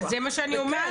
אז זה מה שאני אומרת.